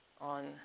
on